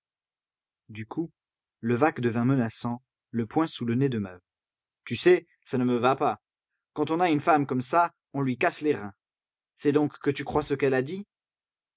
du coup levaque devint menaçant le poing sous le nez de maheu tu sais ça ne me va pas quand on a une femme comme ça on lui casse les reins c'est donc que tu crois ce qu'elle a dit